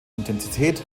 intensität